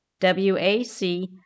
WAC